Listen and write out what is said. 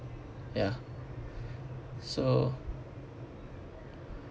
ya so